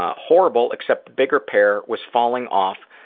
ah horrible except the bigger pair was falling off.